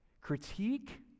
Critique